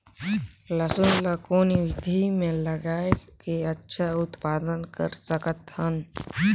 लसुन ल कौन विधि मे लगाय के अच्छा उत्पादन कर सकत हन?